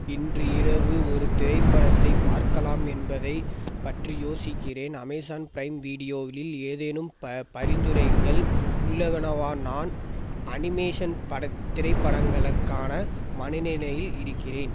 இன்று இரவு ஒரு திரைப்படத்தைப் பார்க்கலாம் என்பதைப் பற்றி யோசிக்கிறேன் அமேசான் ப்ரைம் வீடியோவில் ஏதேனும் ப பரிந்துரைங்கள் உள்ளனவா நான் அனிமேஷன் படத் திரைப்படங்களுக்கான மனநிலையில் இருக்கிறேன்